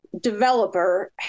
developer